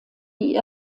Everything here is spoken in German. die